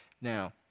Now